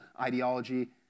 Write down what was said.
ideology